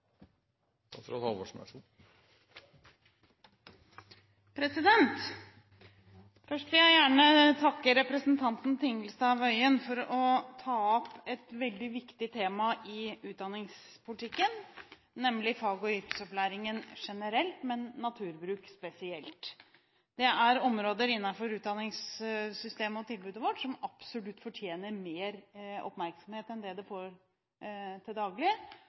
for å ta opp et veldig viktig tema i utdanningspolitikken, nemlig fag- og yrkesopplæringen generelt, men naturbruk spesielt. Det er områder innenfor utdanningssystemet og -tilbudet vårt som absolutt fortjener mer oppmerksomhet enn det det får til daglig,